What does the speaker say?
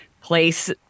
place